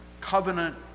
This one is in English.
covenant